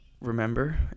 remember